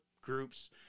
groups